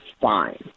fine